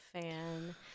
fan